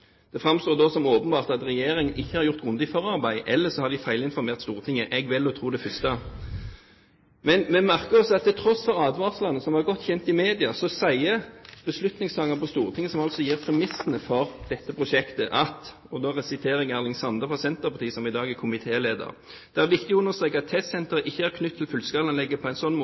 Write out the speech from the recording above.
Det framstår da som åpenbart at Regjeringen ikke har gjort grundig forarbeid, eller så har de feilinformert Stortinget. Jeg vil jo tro det første. Men vi merker oss at til tross for advarslene, som var godt kjent i media, sier beslutningstakerne på Stortinget, som altså gir premissene for dette prosjektet – og da siterer jeg Erling Sande fra Senterpartiet, som i dag er komitéleder: «Det er viktig å understreke at testsenteret ikkje er knytt til fullskalaanlegget på ein sånn måte